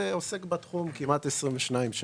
ועוסק בתחום כמעט 22 שנה.